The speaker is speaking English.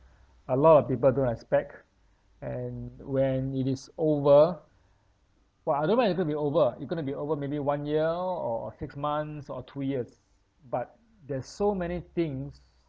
a lot of people don't expect and when it is over but I don't know when it going to be over it going to be over maybe one year or or six months or two years but there's so many things